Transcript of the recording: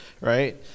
right